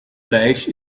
fleisch